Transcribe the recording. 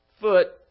foot